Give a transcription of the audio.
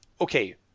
okay